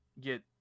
get